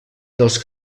dels